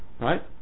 right